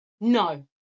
No